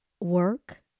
work